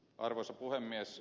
arvoisa puhemies